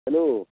hello